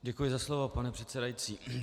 Děkuji za slovo, pane předsedající.